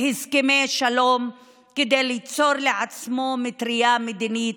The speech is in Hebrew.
הסכמי שלום כדי ליצור לעצמו מטרייה מדינית,